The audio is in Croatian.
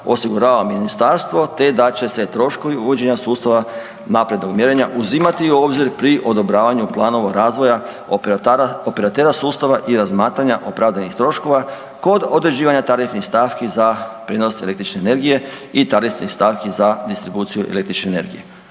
osigurava ministarstvo te da će se troškovi uvođenja sustava naprednog mjerenja uzimati u obzir pri odobravanju planova razvoja operatera sustava i razmatranja opravdanih troškova kod određivanja tarifnih stavki za prijenos električne energije i tarifnih stavki za distribuciju električne energije.